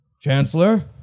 Chancellor